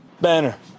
Banner